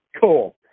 Cool